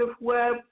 web